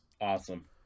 Awesome